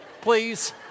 please